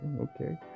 okay